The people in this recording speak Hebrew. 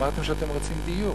ואמרתם שאתם רוצים דיור.